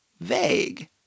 Vague